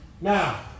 Now